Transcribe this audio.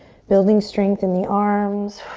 building strength in the arms.